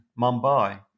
Mumbai